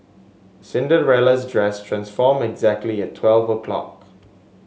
Cinderella's dress transformed exactly at twelve o'clock